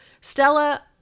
Stella